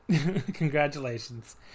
congratulations